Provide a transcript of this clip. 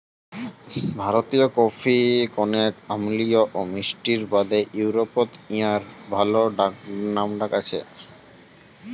ভারতীয় কফি কণেক অম্লীয় ও মিষ্টির বাদে ইউরোপত ইঞার ভালে নামডাক আছি